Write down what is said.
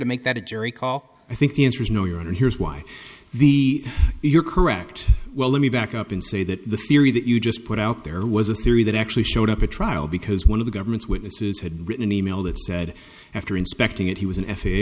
to make that a jury call i think the answer is no you and here's why the you're correct well let me back up and say that the theory that you just put out there was a theory that actually showed up at trial because one of the government's witnesses had written an e mail that said after inspecting it he was an